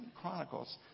Chronicles